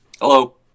Hello